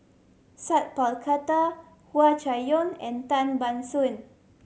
Sat Pal Khattar Hua Chai Yong and Tan Ban Soon